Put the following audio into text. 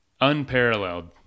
unparalleled